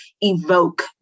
evoke